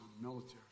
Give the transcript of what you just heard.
military